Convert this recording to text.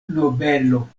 nobelo